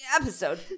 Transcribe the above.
episode